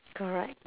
correct